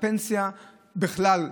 לפנסיה בכלל,